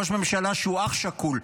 ראש ממשלה שהוא אח שכול.